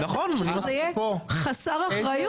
אני חושבת שזה יהיה חסר אחריות לקבל החלטה.